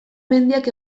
mendiak